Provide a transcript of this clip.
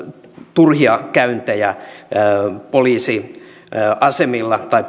turhia käyntejä poliisiasemilla tai